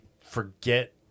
Forget